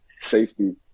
safety